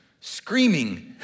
screaming